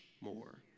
more